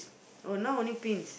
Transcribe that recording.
oh now only pins